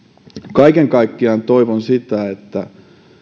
kaiken kaikkiaan toivon että